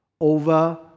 over